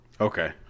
Okay